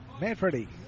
Manfredi